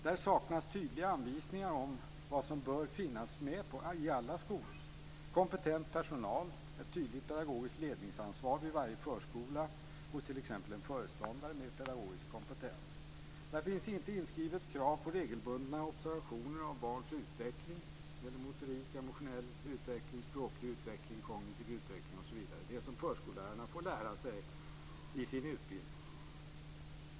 Där saknas tydliga anvisningar om vad som bör finnas med i alla skolor - kompetent personal, ett tydligt pedagogiskt ledningsansvar vid varje förskola hos t.ex. en föreståndare med pedagogisk kompetens. Där finns inte inskrivet krav på regelbundna observationer av barns utveckling när det gäller motorik, emotionell utveckling, språklig utveckling, kognitiv utveckling, osv., det som förskollärarna får lära sig i sin utbildning.